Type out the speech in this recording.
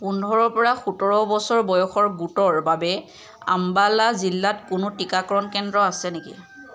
পোন্ধৰ পৰা সোতৰ বছৰ বয়সৰ গোটৰ বাবে আম্বালা জিলাত কোনো টিকাকৰণ কেন্দ্ৰ আছে নেকি